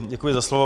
Děkuji za slovo.